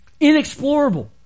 inexplorable